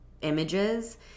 images